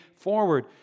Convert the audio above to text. forward